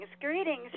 greetings